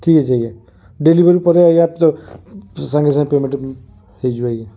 ଠିକ୍ ଅଛି ଆଜ୍ଞା ଡେଲିଭରି ପରେ ଆଜ୍ଞା ସାଙ୍ଗେ ସାଙ୍ଗେ ପେମେଣ୍ଟ ହେଇଯିବ ଆଜ୍ଞା